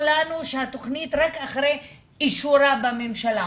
לנו שהתכנית רק אחרי אישורה בממשלה,